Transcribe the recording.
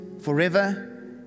forever